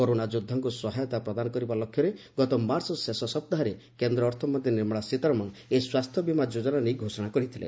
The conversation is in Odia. କରୋନା ଯୋଦ୍ଧାଙ୍କୁ ସହାୟତା ପ୍ରଦାନ କରିବା ଲକ୍ଷ୍ୟରେ ଗତ ମାର୍ଚ୍ଚ ଶେଷ ସପ୍ତାହରେ କେନ୍ଦ୍ର ଅର୍ଥମନ୍ତ୍ରୀ ନିର୍ମଳା ସୀତାରମଣ ଏହି ସ୍ୱାସ୍ଥ୍ୟ ବୀମା ଯୋଜନା ନେଇ ଘୋଷଣା କରିଥିଲେ